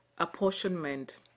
apportionment